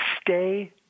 stay